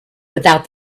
without